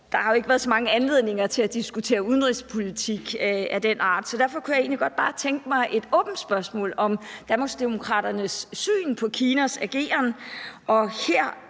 der har jo ikke været så mange anledninger til at diskutere udenrigspolitik af den art, så derfor kunne jeg egentlig godt bare tænke mig at stille et åbent spørgsmål om Danmarksdemokraternes syn på Kinas ageren